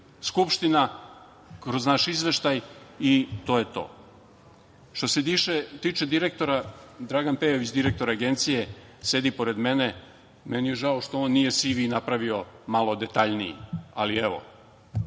Skupština kroz naš izveštaj, i to je to. Što se tiče direktora Dragan Pejović, direktor agencije, sedi pored mene, meni je žao što on nije napravio CV malo detaljniji, ali evo,